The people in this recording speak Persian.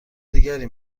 دیگری